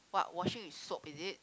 what washing with soap is it